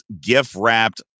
gift-wrapped